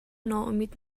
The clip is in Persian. ناامید